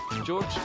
George